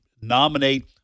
nominate